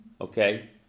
Okay